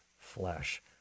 flesh